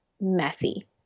messy